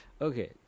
Okay